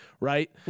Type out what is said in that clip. right